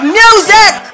music